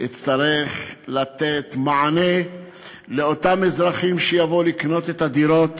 יצטרך לתת מענה לאותם אזרחים שיבואו לקנות את הדירות.